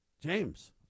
James